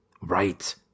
Right